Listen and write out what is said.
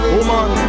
Woman